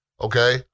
okay